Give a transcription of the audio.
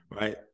right